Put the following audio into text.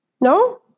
no